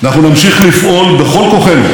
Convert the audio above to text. אבל אני חייב לומר לכם, חברי הכנסת,